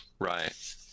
Right